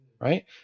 right